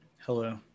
hello